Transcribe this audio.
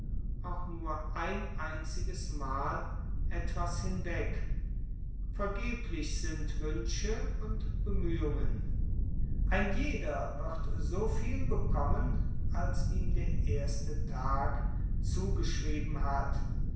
auch nur ein einziges mal etwas hinweg vergeblich sind wünsche und bemühungen ein jeder wird so viel bekommen als ihm der erste tag zugeschrieben hat